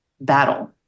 battle